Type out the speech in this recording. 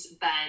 Ben